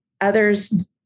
Others